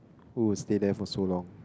who will stay there for so long